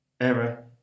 Error